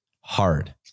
hard